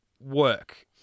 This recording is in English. work